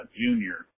junior